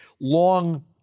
long